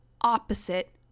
opposite